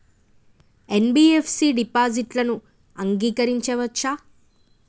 NBFC డిపాజిట్లను అంగీకరించవచ్చా?